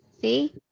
See